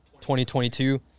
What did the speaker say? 2022